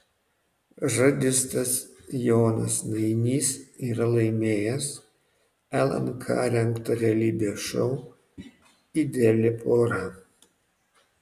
radistas jonas nainys yra laimėjęs lnk rengtą realybės šou ideali pora